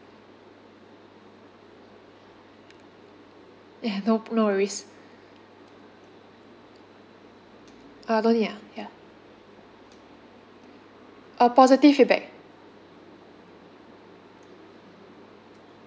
ya no no worries uh don't need ah ya uh positive feedback